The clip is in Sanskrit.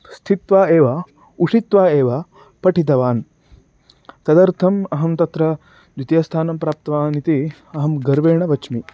स्थित्वा एव उषित्वा एव पठितवान् तदर्थम् अहं तत्र द्वितियस्थानं प्राप्तवान् इति अहं गर्वेण वच्मि